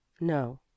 No